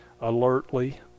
alertly